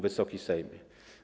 Wysoki Sejmie!